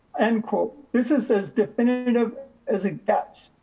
and this is as definitive as it gets.